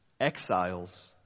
exiles